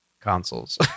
consoles